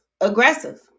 aggressive